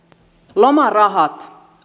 lomarahat